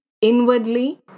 inwardly